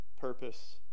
purpose